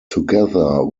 together